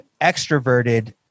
extroverted